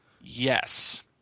Yes